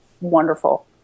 wonderful